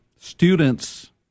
students